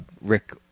Rick